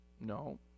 No